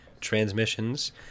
transmissions